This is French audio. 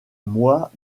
mois